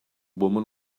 woman